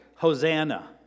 Hosanna